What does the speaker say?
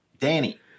Danny